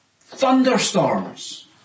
thunderstorms